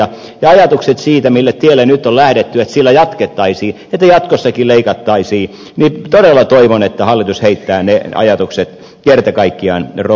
todella toivon että hallitus heittää ajatukset siitä että mille tielle nyt on lähdetty sillä jatkettaisiin että jatkossakin leikattaisiin kerta kaikkiaan romukoppaan